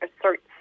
asserts